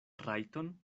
rajton